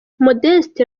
modeste